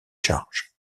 charges